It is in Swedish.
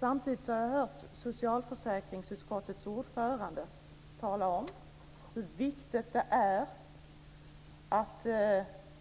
Samtidigt talar socialförsäkringsutskottets ordförande om hur viktigt det är att